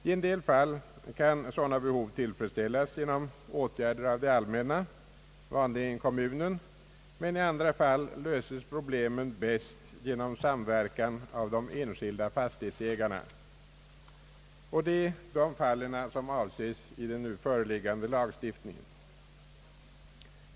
I en del fall kan sådana behov tillfredsställas genom åtgärder av det allmänna, vanligen kommunen, men i andra fall löses problemen bäst genom samverkan av de enskilda fastighetsägarna. Det är dessa fall som avses i den nu föreliggande lagstiftningen.